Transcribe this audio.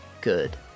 good